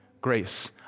grace